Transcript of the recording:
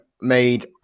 made